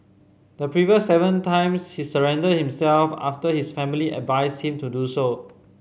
the previous seven times he surrendered himself after his family advised him to do so